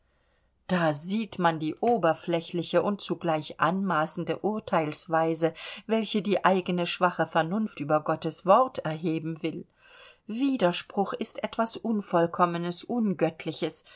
da sieht man die oberflächliche und zugleich anmaßende urteilsweise welche die eigene schwache vernunft über gottes wort erheben will widerspruch ist etwas unvollkommenes